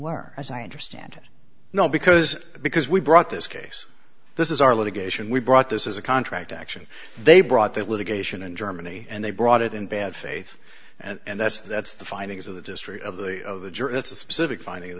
were as i understand it no because because we brought this case this is our litigation we brought this is a contract action they brought that litigation in germany and they brought it in bad faith and that's that's the findings of the district of the of the jurors it's a specific finding of